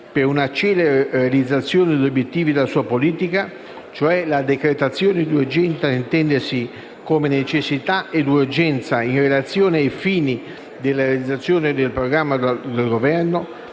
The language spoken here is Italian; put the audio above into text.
per una celere realizzazione degli obiettivi della sua politica, cioè la decretazione di urgenza da intendersi come necessità e urgenza in relazione ai fini della realizzazione del programma di Governo,